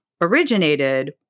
originated